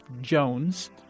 Jones